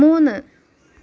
മൂന്ന്